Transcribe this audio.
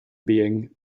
being